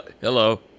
Hello